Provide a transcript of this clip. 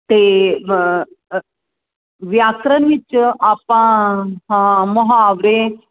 ਅਤੇ ਵਿਆਕਰਨ ਵਿੱਚ ਆਪਾਂ ਹਾਂ ਮੁਹਾਵਰੇ